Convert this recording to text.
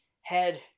head